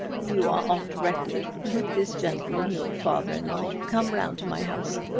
you are off directly let this gentleman, your father in-law, come round to my house.